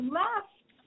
left